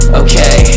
okay